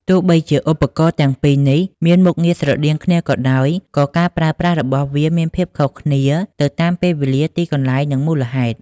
ទោះបីជាឧបករណ៍ទាំងពីរនេះមានមុខងារស្រដៀងគ្នាក៏ដោយ ក៏ការប្រើប្រាស់របស់វាមានភាពខុសគ្នាទៅតាមពេលវេលា ទីកន្លែង និងមូលហេតុ។